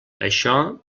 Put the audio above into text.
això